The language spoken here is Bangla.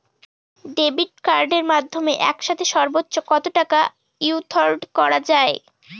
ডেবিট কার্ডের মাধ্যমে একসাথে সর্ব্বোচ্চ কত টাকা উইথড্র করা য়ায়?